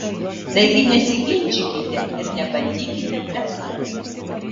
taigi nesiginčykite ir nebandykite blefuoti